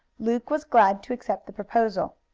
luke was glad to accept the proposal.